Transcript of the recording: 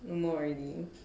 no more already